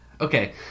Okay